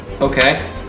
okay